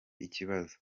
ikibazo